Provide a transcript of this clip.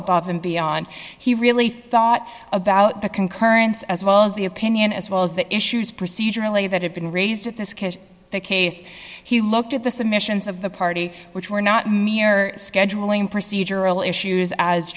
above and beyond he really thought about the concurrence as well as the opinion as well as the issues procedurally that have been raised at this case the case he looked at the submissions of the party which were not mere scheduling procedural issues as